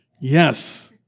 yes